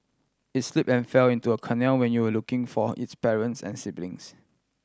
it slip and fell into a canal when you will looking for its parents and siblings